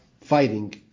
fighting